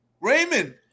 Raymond